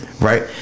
Right